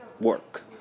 work